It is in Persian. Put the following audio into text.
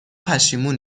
پشیمون